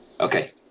Okay